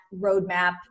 roadmap